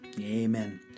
Amen